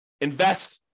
invest